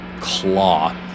claw